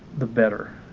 the better.